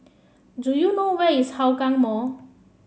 do you know where is Hougang Mall